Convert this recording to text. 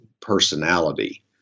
personality